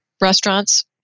restaurants